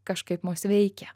kažkaip mus veikia